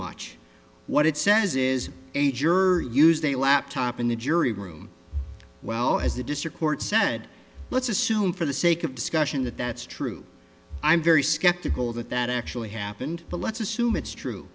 much what it says is a juror used a laptop in the jury room well as the district court said let's assume for the sake of discussion that that's true i'm very skeptical that that actually happened but let's assume it's true